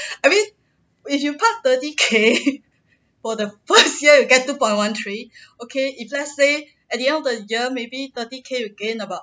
I mean if you park thirty K for the first year you get two point one three okay if let's say at the end of the year maybe thirty K you gain about